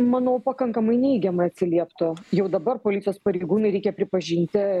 manau pakankamai neigiamai atsilieptų jau dabar policijos pareigūnai reikia pripažinti